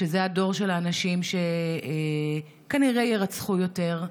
שזה הדור של האנשים שכנראה יירצחו יותר,